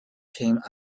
came